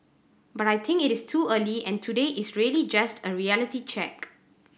but I think it is too early and today is really just a reality check